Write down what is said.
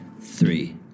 three